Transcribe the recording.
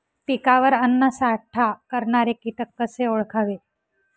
पिकावर अन्नसाठा करणारे किटक कसे ओळखावे?